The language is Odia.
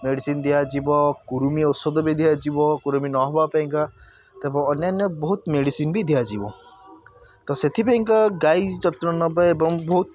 ମେଡ଼ିସିନ୍ ଦିଆଯିବ କୁର୍ମୀ ଔଷଧ ବି ଦିଆଯିବ କୁର୍ମୀ ନ ହେବା ପାଇଁ କି ତା'କୁ ଅନ୍ୟାନ ବହୁତ ମେଡ଼ିସିନ୍ ବି ଦିଆଯିବ ତ ସେଥିପାଇଁ କା ଗାଈ ଯତ୍ନ ନେବା ଏବଂ ବହୁତ